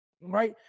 Right